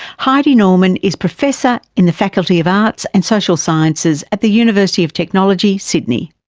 heidi norman is professor in the faculty of arts and social sciences at the university of technology, sydney.